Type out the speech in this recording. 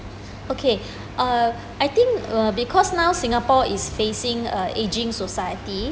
okay uh I think uh because now singapore is facing uh aging society